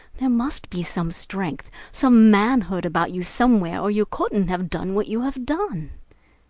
there must be some strength, some manhood about you somewhere, or you couldn't have done what you have done.